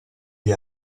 gli